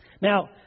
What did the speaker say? Now